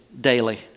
Daily